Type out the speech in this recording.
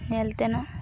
ᱧᱮᱞ ᱛᱮᱱᱟᱜ